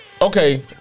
Okay